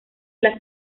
las